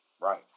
Right